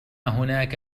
هناك